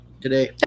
today